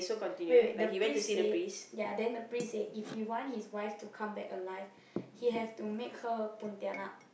wait wait the priest said ya then the priest say if he want his wife to come back alive he have to make her a pontianak